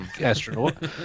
astronaut